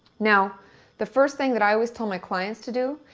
now the first thing that i always tell my clients to do,